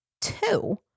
two